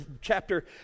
chapter